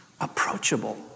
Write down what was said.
approachable